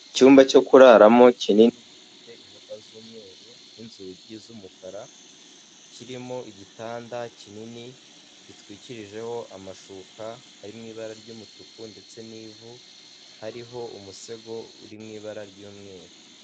Icyumba cyo kuraramo kinini gifite inkuta z'umweru n'inzugi z'umukara, kirimo igitanda kinini gitwikirijeho, amashuka ari mu ibara ry'umutuku ndetse n'ivu hariho umusego uri mu ibara ry'umweru.